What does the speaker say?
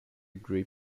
grip